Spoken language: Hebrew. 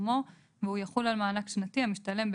רק בנושא התקציבי ובכך לענות במה שאנחנו יכולים.